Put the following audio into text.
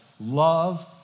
love